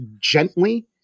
gently